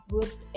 Good